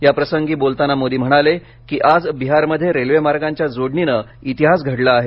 या प्रसंगी मोदी बोलताना म्हणाले की आज बिहारमध्येरेल्वेमार्गांच्या जोडणीनं इतिहास घडला आहे